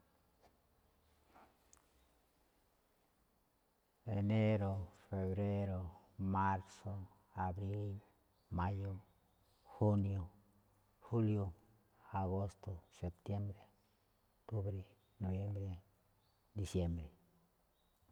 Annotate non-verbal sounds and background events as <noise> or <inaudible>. Enéro̱, febrero̱, márso̱, abríl, máyo̱, júnio̱, júlio̱, agósto̱, septiémbre̱, oktrúbre̱, <noise> nobiémbre̱, <noise> disiémbre̱. <noise>